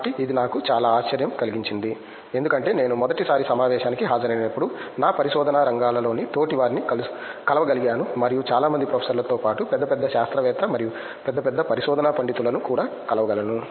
కాబట్టి ఇది నాకు చాలా ఆశ్చర్యం కలిగించింది ఎందుకంటే నేను మొదటిసారి సమావేశానికి హాజరైనప్పుడు నా పరిశోధనా రంగాలలోని తోటివారిని కలవగలిగాను మరియు చాలా మంది ప్రొఫెసర్లతో పాటు పెద్ద పెద్ద శాస్త్రవేత్త మరియు పెద్ద పెద్ద పరిశోధనా పండితులను కూడా కలవగలను